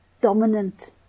dominant